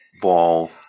ball